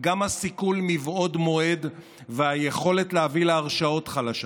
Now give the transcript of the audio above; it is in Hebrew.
גם הסיכול מבעוד מועד והיכולת להביא להרשעות חלשים.